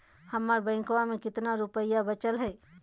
हमर बैंकवा में कितना रूपयवा बचल हई?